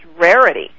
rarity